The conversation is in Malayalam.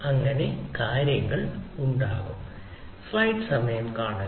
അങ്ങനെ കാര്യങ്ങൾ ഉണ്ടാകും